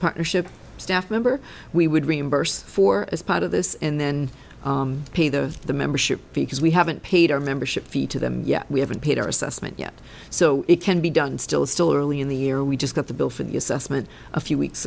partnership staff member we would reimburse for as part of this and then pay the the membership because we haven't paid our membership fee to them yet we haven't paid our assessment yet so it can be done still it's still early in the year we just got the bill for the assessment a few weeks